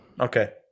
Okay